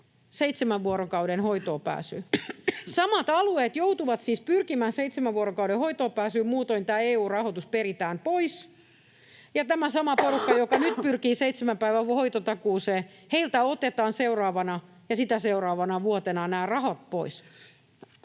seitsemän vuorokauden hoitoonpääsyyn. Samat alueet joutuvat siis pyrkimään seitsemän vuorokauden hoitoonpääsyyn, muutoin tämä EU-rahoitus peritään pois. Ja tältä samalta porukalta, joka nyt pyrkii seitsemän päivän hoitotakuuseen, otetaan seuraavana ja sitä seuraavana vuonna nämä rahat pois,